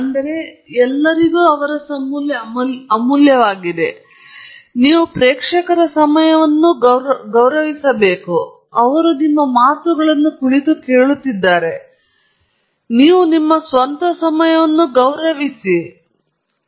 ಆದ್ದರಿಂದ ಅಲ್ಲಿ ಕೇಳುವ ಪ್ರೇಕ್ಷಕರ ಸಮಯವನ್ನು ನೀವು ಗೌರವಿಸುತ್ತೀರಿ ಅಲ್ಲಿ ಕುಳಿತು ನಿಮ್ಮ ಮಾತುಗಳನ್ನು ಕೇಳುವುದು ನಿಮ್ಮ ಸ್ವಂತ ಸಮಯವನ್ನು ನೀವು ಗೌರವಿಸುತ್ತೀರಿ ಎಂದು ಸಹ ತಿಳಿಸುತ್ತದೆ